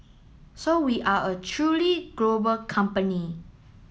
so we are a truly global company